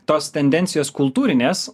tos tendencijos kultūrinės